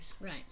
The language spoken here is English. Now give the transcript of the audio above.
Right